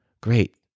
Great